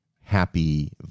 happy